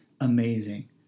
amazing